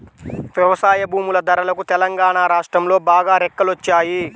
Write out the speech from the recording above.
వ్యవసాయ భూముల ధరలకు తెలంగాణా రాష్ట్రంలో బాగా రెక్కలొచ్చాయి